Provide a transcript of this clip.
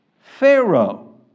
Pharaoh